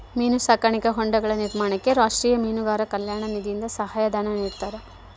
ಮೀನು ಸಾಕಾಣಿಕಾ ಹೊಂಡಗಳ ನಿರ್ಮಾಣಕ್ಕೆ ರಾಷ್ಟೀಯ ಮೀನುಗಾರರ ಕಲ್ಯಾಣ ನಿಧಿಯಿಂದ ಸಹಾಯ ಧನ ನಿಡ್ತಾರಾ?